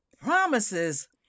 promises